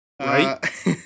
Right